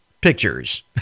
pictures